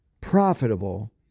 profitable